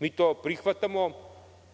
To prihvatamo.